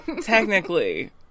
technically